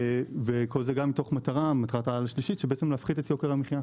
וכל זה מתוך מטרת העל השלישית שהיא להפחית את יוקר המחיה.